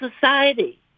society